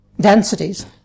densities